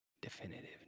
Definitive